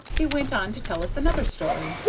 he went on to tell us another story.